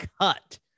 cut